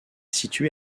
situé